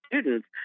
students